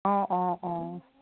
অঁ অঁ অঁ